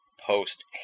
Post